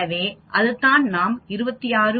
எனவே அதுதான் நாம் 26